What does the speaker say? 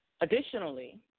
Additionally